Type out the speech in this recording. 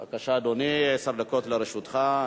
בבקשה, אדוני, עשר דקות לרשותך.